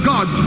God